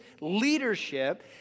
leadership